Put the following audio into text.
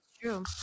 true